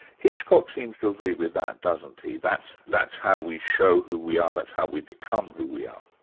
hitchcock seems to agree with that, doesn't he? that's that's how we show who we are, that's how we become who we are?